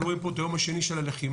אנחנו רואים פה את היום השני של הלחימה,